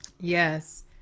Yes